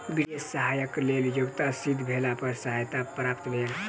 वित्तीय सहयताक लेल योग्यता सिद्ध भेला पर सहायता प्राप्त भेल